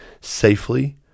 safely